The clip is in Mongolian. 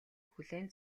хүлээн